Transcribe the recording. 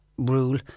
rule